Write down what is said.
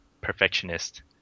perfectionist